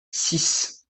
six